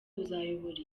uzayobora